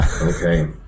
Okay